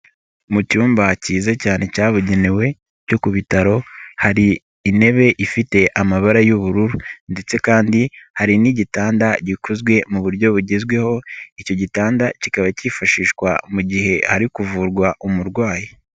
Mu cyumba cyiza cyane cyabugenewe cyo ku bitaro hari intebe ifite amabara y'ubururu ndetse kandi hari n'igitanda gikozwe mu buryo bugezweho, icyo gitanda kikaba cyifashishwa mu gihe hari kuvurwa umurwayi.